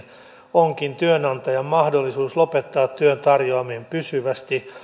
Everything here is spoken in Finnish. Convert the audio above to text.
onkin työnantajan mahdollisuus lopettaa työn tarjoaminen pysyvästi